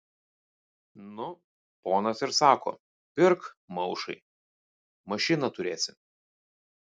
nu ponas ir sako pirk maušai mašiną turėsi